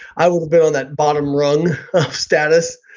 i've always been on that bottom rung of status.